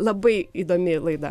labai įdomi laida